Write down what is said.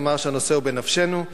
לומר שהנושא הוא בנפשנו,